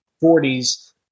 forties